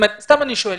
סתם אני שואל.